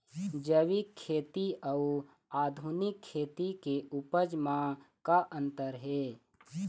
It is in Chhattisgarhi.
जैविक खेती अउ आधुनिक खेती के उपज म का अंतर हे?